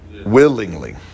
Willingly